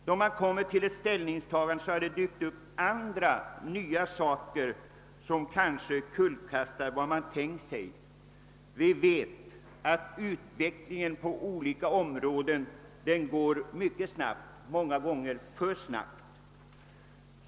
Då man närmar sig ett ställningstagande har andra, nya saker dykt upp, vilka kanske kullkastar vad man tänkt sig. Vi vet att utvecklingen på olika områden går mycket snabbt, många gånger alltför snabbt.